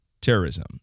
terrorism